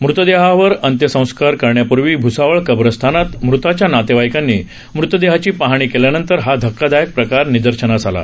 मृतदेहावर अंत्यसंस्कार करण्यापूर्वी भूसावळ कब्रस्थानात मृताच्या नातेवाईकांनी मृतदेहाची पाहणी केल्यानंतर हा धक्कादायक प्रकार निदर्शनास आला